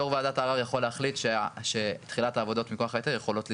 יו"ר וועדת הערר יכול להחליט שתחילת העבודות מכוח ההיתר יכולות להתקדם,